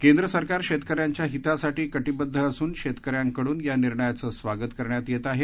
केंद्र सरकार शेतकऱ्यांच्या हितासाठी कटिबद्ध असून शेतकऱ्यांकडून या निर्णयाचे स्वागत करण्यात येत आहे